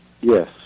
yes